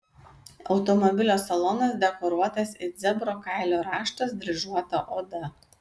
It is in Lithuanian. automobilio salonas dekoruotas it zebro kailio raštas dryžuota oda